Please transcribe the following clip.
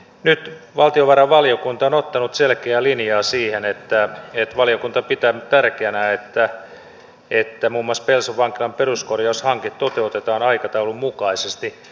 nyt valtiovarainvaliokunta on ottanut selkeän linjan siihen että valiokunta pitää tärkeänä että muun muassa pelson vankilan peruskorjaushanke toteutetaan aikataulun mukaisesti